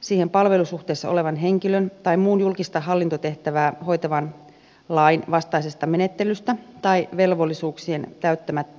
siihen palvelusuhteessa olevan henkilön tai muun julkista hallintotehtävää hoitavan lainvastaisesta menettelystä tai velvollisuuksien täyttämättä jättämisestä